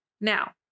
now